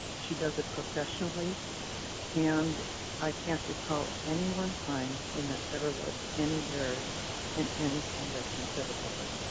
she does it professionally and i can't recall any one time, when there ever was any errors in anything that came to the board.